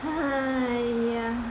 !aiya!